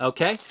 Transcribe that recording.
Okay